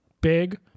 Big